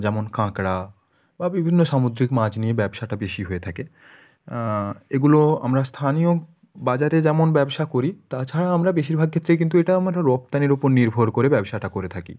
যেমন কাঁকড়া বা বিভিন্ন সামুদ্রিক মাছ নিয়ে ব্যবসাটা বেশি হয়ে থাকে এগুলো আমরা স্থানীয় বাজারে যেমন ব্যবসা করি তাছাড়া আমরা বেশিরভাগ ক্ষেত্রেই কিন্তু এটা আমরা রপ্তানির ওপর নির্ভর করে ব্যবসাটা করে থাকি